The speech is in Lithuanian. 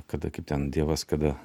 kada kaip ten dievas kada